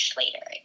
later